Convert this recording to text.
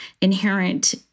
inherent